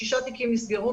שישה תיקים נסגרו,